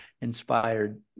inspired